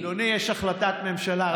אדוני, יש החלטת ממשלה.